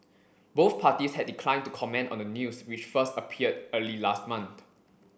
both parties had declined to comment on the news which first appeared early last month